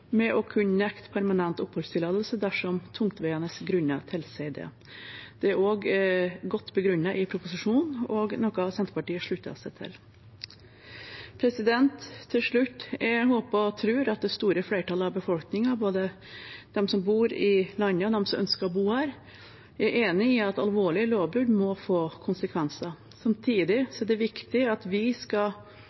med å kunne nekte permanent oppholdstillatelse dersom tungtveiende grunner tilsier det. Det er også godt begrunnet i proposisjonen og noe Senterpartiet slutter seg til. Til slutt: Jeg håper og tror at det store flertallet av befolkningen, både de som bor i landet, og de som ønsker å bo her, er enig i at alvorlige lovbrudd må få konsekvenser. Samtidig er det viktig at vi